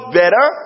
better